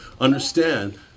understand